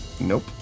Nope